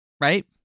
right